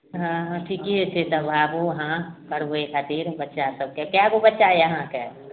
हँ ठिके छै तब आबू अहाँ करबै खातिर बच्चा सभकेँ कै गो बच्चा यऽ अहाँकेँ